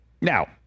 Now